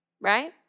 right